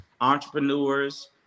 entrepreneurs